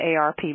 arp